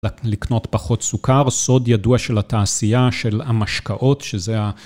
לקנות פחות סוכר, סוד ידוע של התעשייה, של המשקאות, שזה ה...